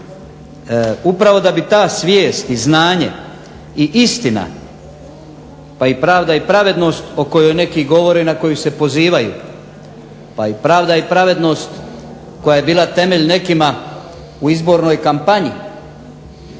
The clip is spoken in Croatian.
upravo da bi ta svijest i znanje i istina, pa i pravda i pravednost o kojoj neki govore i na koju se pozivaju, pa i pravda i pravednost koja je bila temelj nekima u izbornoj kampanji,